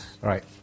right